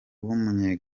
w’umunye